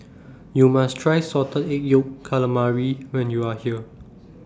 YOU must Try Salted Egg Yolk Calamari when YOU Are here